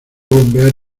bombear